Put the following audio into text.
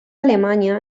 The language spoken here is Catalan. alemanya